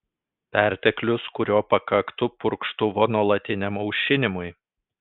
perteklius kurio pakaktų purkštuvo nuolatiniam aušinimui